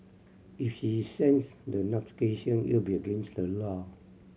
if she sends the notification it would be against the law